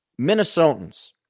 Minnesotans